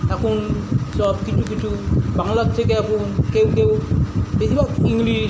এখন সব কিছু কিছু বাংলার থেকে এখন কেউ কেউ বেশিরভাগ ইংলিশ